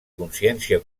consciència